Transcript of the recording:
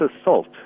assault